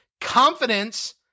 Confidence